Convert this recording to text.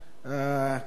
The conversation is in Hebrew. כך אירע,